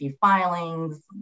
filings